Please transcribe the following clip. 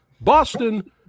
Boston